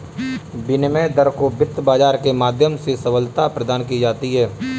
विनिमय दर को वित्त बाजार के माध्यम से सबलता प्रदान की जाती है